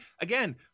again